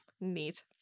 Neat